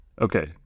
Okay